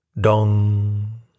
dong